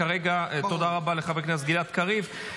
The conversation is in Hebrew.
כרגע, תודה רבה לחבר הכנסת גלעד קריב.